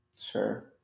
Sure